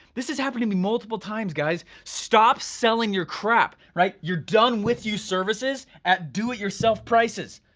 this has happened to me multiple times, guys. stop selling your crap, right? you're done with you services at do it yourself prices,